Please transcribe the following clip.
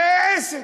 עסק.